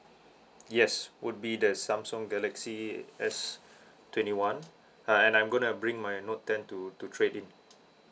yes would be the samsung galaxy S twenty one uh and I'm gonna bring my note ten to to trade in